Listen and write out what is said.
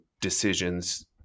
decisions